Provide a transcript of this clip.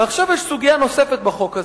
יש סוגיה נוספת בחוק הזה.